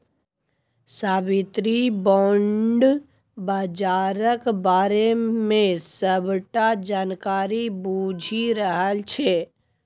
साबित्री bond बजारक बारे मे सबटा जानकारी बुझि रहल छै